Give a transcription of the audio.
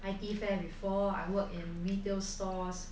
I_T fair before I worked in retail stores